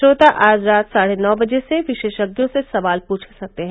श्रोता आज रात साढ़े नौ बजे से विशेषज्ञों से सवाल पूछ सकते हैं